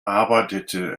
arbeitete